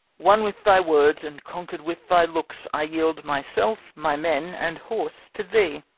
won with thy words, and conquer'd with thy looks, i yield myself, my men, and horse to thee,